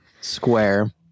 square